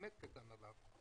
באמת קטן עליו,